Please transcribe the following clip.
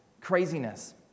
craziness